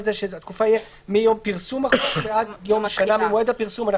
שהתקופה תהיה מיום פרסום החוק ועד יום שנה ממועד הפרסום.